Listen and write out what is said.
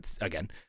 again